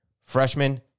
freshman